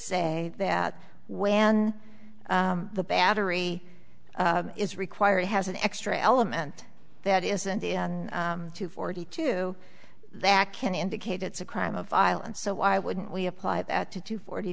say that when the battery is required it has an extra element that isn't in two forty two that can indicate it's a crime of violence so why wouldn't we apply that to two forty